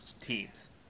teams